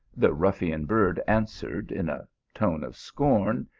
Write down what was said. the ruffian bird answered in a tone of scorn,